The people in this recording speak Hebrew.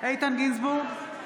איתן גינזבורג,